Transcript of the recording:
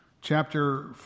Chapter